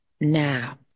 now